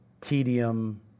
tedium